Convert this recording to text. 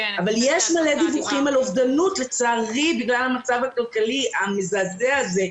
אבל יש מלא דיווחים על אובדנות לצערי בגלל המצב הכלכלי המזעזע הזה.